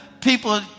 people